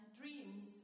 dreams